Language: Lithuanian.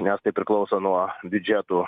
nes tai priklauso nuo biudžetų